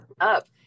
up